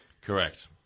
Correct